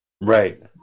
Right